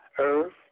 Earth